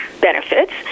benefits